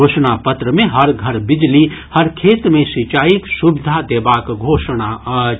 घोषणा पत्र मे हर घर बिजली हर खेत मे सिंचाईक सुविधा देबाक घोषणा अछि